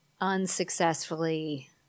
unsuccessfully